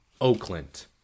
Oakland